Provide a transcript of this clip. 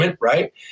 Right